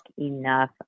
enough